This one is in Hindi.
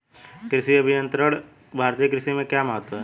कृषि अभियंत्रण का भारतीय कृषि में क्या महत्व है?